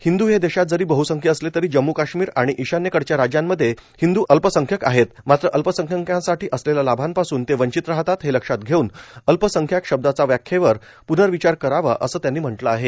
हिंदू हे देशात जरी बहसंख्य असले तरी जम्मू काश्मीर आणि इशान्येकडच्या राज्यांमध्ये हिंदू अल्पसंख्य आहेत मात्र अल्पसंख्याकांसाठी असलेल्या लाभांपासून ते वंचित राहतात हे लक्षात घेऊन अल्पसंख्याक शब्दाच्या व्याख्येवर पुनर्विचार करावा असं त्यांनी म्हटलं आहे